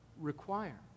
require